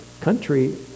country